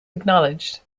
acknowledged